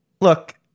Look